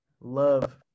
Love